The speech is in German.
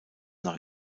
nach